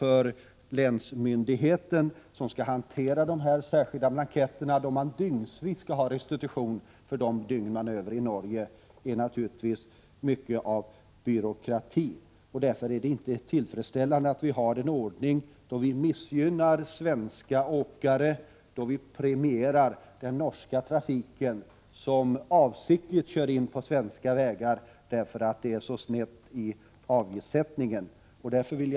För länsmyndigheten, som skall hantera blanketterna för restitutionen, vilken sker dygnsvis för den tid fordonen befinner sig i Norge, är den nuvarande ordningen naturligtvis mycket byråkratisk. Det är inte tillfredsställande med en ordning som missgynnar svenska åkare och premierar norska åkare som avsiktligt kör in på svenska vägar därför att avgiftssättningen är så sned.